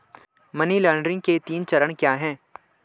Money laundering के तीन चरण क्या हैं?